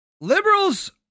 Liberals